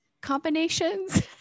combinations